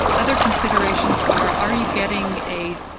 other considerations are, are you getting a